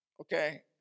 okay